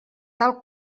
tal